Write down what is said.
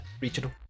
regional